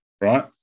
right